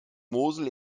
mosel